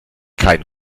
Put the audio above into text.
kein